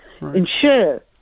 Ensure